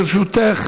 לרשותך